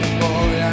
boy